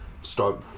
start